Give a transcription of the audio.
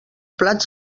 plats